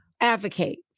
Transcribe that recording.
advocate